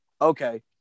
Okay